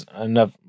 enough